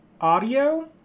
audio